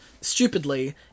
stupidly